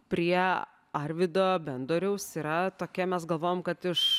prie arvido bendoriaus yra tokia mes galvojom kad iš